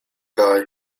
kaj